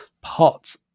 pot